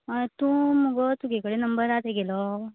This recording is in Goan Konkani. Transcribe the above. आनी तूं म्हगो तुजे कडेन नंबर आसा तेगेलो